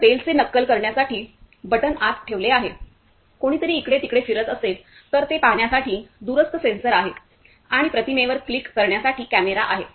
तर बेलचे नक्कल करण्यासाठी बटण आत ठेवले आहे कोणीतरी इकडे तिकडे फिरत असेल तर ते पाहण्यासाठी दूरस्थ सेन्सर आहे आणि प्रतिमेवर क्लिक करण्यासाठी कॅमेरा आहे